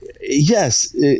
yes